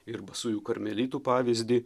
ir basųjų karmelitų pavyzdį